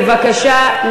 בבקשה.